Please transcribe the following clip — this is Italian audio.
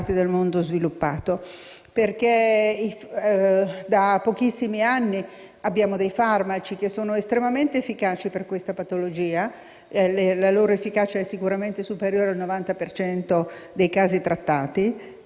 del mondo sviluppato. Da pochissimi anni abbiamo dei farmaci, che sono estremamente efficaci per questa patologia - la loro efficacia è sicuramente superiore al 90 per cento dei casi trattati